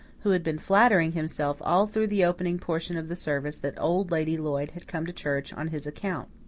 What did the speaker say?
who had been flattering himself all through the opening portion of the service that old lady lloyd had come to church on his account.